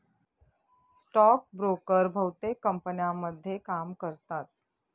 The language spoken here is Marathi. स्टॉक ब्रोकर बहुतेक कंपन्यांमध्ये काम करतात